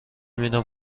میدم